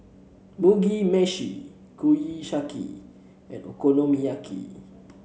Mugi Meshi Kushiyaki and Okonomiyaki